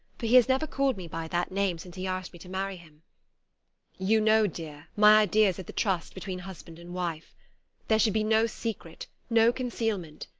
for he has never called me by that name since he asked me to marry him you know, dear, my ideas of the trust between husband and wife there should be no secret, no concealment.